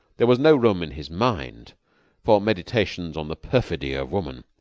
there was no room in his mind for meditations on the perfidy of woman.